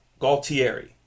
Galtieri